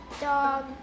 dog